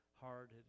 hard